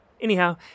Anyhow